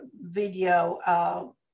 video